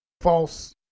false